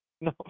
No